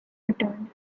returned